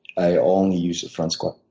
i only use the front squat.